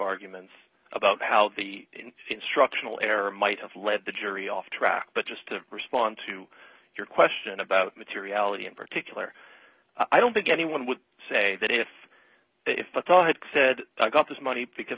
arguments about how the in instructional era might have led the jury off track but just to respond to your question about materiality in particular i don't think anyone would say that if if i thought i had said i got this money because